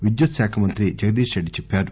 విద్యుత్ శాఖ మంత్రి జగదీష్ రెడ్లి చెప్పారు